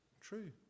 true